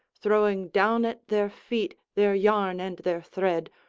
throwing down at their feet their yarn and their thread,